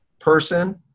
person